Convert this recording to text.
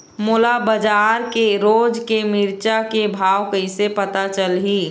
मोला बजार के रोज के मिरचा के भाव कइसे पता चलही?